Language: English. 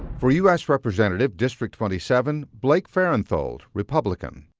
for u s. representative, district twenty seven, blake farenthold, republican